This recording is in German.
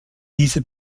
diese